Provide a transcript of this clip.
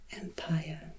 Empire